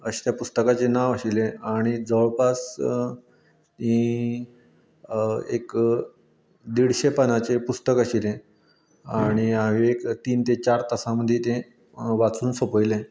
अशें तें पुस्तकाचें नांव आशिल्लें आनी जवळपास तीं एक दिडशे पानांचें पुस्तक आशिल्लें आनी हांवें एक तीन तें चार तासा मदीं तें वाचून सोपयलें